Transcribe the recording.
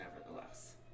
nevertheless